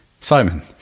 Simon